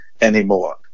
anymore